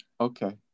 Okay